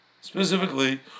Specifically